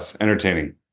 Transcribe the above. entertaining